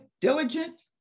diligent